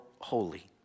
holy